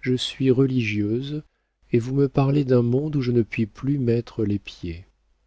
je suis religieuse et vous me parlez d'un monde où je ne puis plus mettre les pieds